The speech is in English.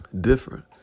different